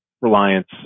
reliance